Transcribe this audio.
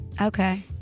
Okay